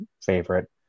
favorite